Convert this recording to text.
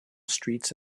streets